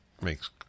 makes